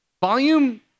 volume